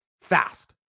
fast